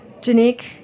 Janique